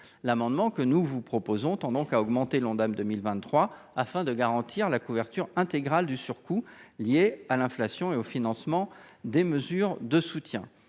L’amendement que nous vous proposons tend donc à augmenter l’Ondam pour 2023 afin de garantir la couverture intégrale du surcoût lié à l’inflation et au financement des mesures de soutien.